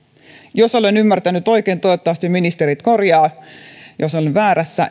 jos olen ymmärtänyt oikein toivottavasti ministerit korjaavat jos olen väärässä